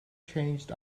changed